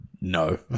No